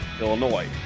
Illinois